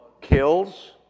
Kills